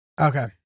Okay